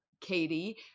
Katie